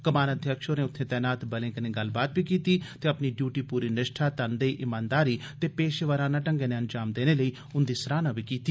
कमान अध्यक्ष होरें उत्थे तैनात बलें कन्नै गल्लबात कीती ते अपनी डयूटी पूरी निष्ठा तनदेही इमानदारी ते पेशेवराना ढंगै नै अंजाम देने लेई उन्दी सराहना बी कीती